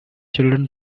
children